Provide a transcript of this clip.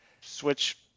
switch